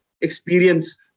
experience